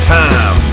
time